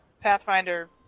Pathfinder